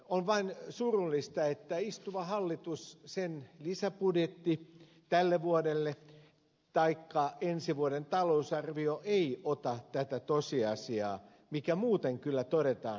on vain surullista että istuva hallitus sen lisäbudjetti tälle vuodelle taikka ensi vuoden talousarvio eivät ota huomioon tätä tosiasiaa mikä muuten kyllä todetaan